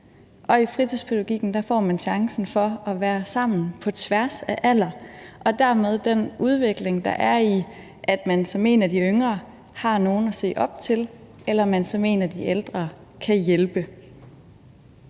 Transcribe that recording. Og i fritidspædagogikken får man chancen for at være sammen på tværs af alder og dermed den udvikling, der er i, at man som en af de yngre har nogle at se op til, eller man som en af de ældre kan hjælpe.